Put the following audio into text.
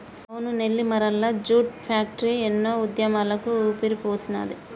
అవును Nellimarla jute factory ఎన్నో ఉద్యమాలకు ఊపిరిపోసినాది